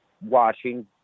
watching